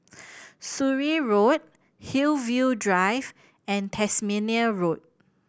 Surrey Road Hillview Drive and Tasmania Road